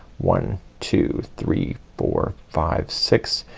one, two, three, four, five, six,